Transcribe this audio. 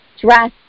dress